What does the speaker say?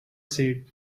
said